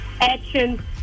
action